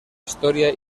historia